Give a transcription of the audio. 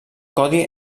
codi